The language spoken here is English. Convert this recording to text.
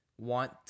want